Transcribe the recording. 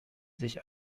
sich